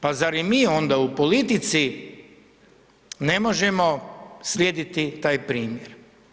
Pa zar i mi onda u politici ne možemo slijediti taj primjer?